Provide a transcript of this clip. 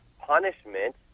punishment